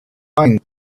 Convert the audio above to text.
pine